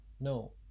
No